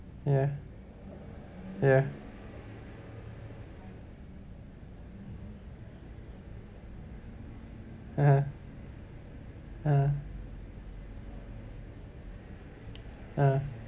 ya ya (uh huh) (uh huh) (uh huh)